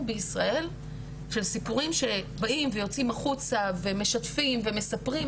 בישראל של סיפורים שבאים ויוצאים החוצה ומשתפים ומספרים,